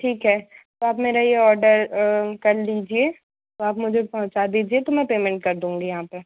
ठीक है तो आप मेरा ये ऑर्डर कर लीजिए तो आप मुझे पहुँचा दीजिए तो मैं पेमेंट कर दूँगी यहाँ पर